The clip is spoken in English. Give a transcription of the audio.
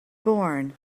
born